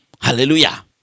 Hallelujah